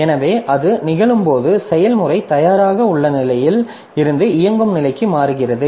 எனவே அது நிகழும்போது செயல்முறை தயாராக உள்ள நிலையில் இருந்து இயங்கும் நிலைக்கு மாறுகிறது